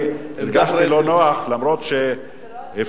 אני הרגשתי לא נוח, למרות אתה לא אשם.